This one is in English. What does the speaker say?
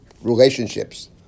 relationships